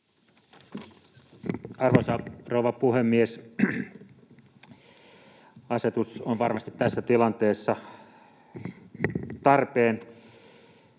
Arvoisa rouva puhemies! Asetus on varmasti tässä tilanteessa tarpeen,